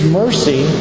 mercy